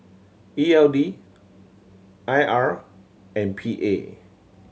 E L D I R and P A